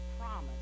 promise